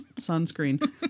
sunscreen